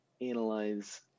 analyze